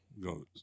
go